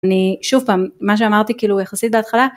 אני שוב פעם מה שאמרתי כאילו יחסית בהתחלה.